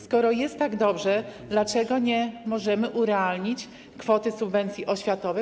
Skoro jest tak dobrze, dlaczego nie możemy urealnić kwoty subwencji oświatowej?